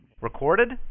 Recorded